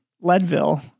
Leadville